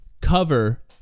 cover